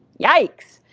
yikes!